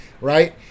right